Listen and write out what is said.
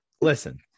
listen